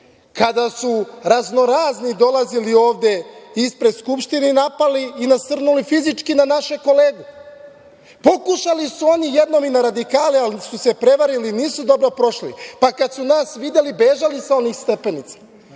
kada su raznorazni dolazili ovde ispred Skupštine i napali i nasrnuli fizički na našeg kolegu. Pokušali su oni jednom i na radikale, ali su se prevarili, nisu dobro prošli, pa kad su nas videli, bežali su sa onih stepenica.